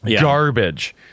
Garbage